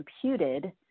computed